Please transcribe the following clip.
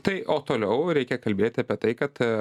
tai o toliau reikia kalbėti apie tai kad